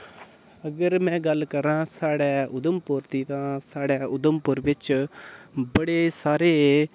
अगर मैं गल्ल करां स्हाडे़ उधमपुर दी तां स्हाडे़ उधमपुर बिच्च बड़े सारे